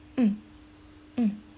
mm mm